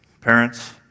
parents